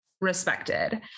respected